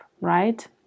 right